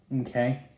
okay